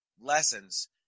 lessons